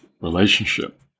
relationship